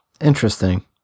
Interesting